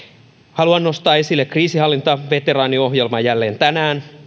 haluan nostaa esille kriisinhallintaveteraaniohjelman jälleen tänään